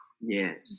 Yes